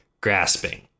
grasping